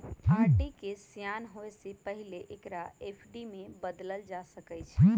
RD के सेयान होय से पहिले एकरा एफ.डी में न बदलल जा सकइ छै